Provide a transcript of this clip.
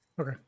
Okay